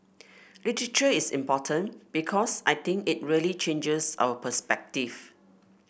literature is important because I think it really changes our perspective